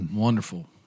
Wonderful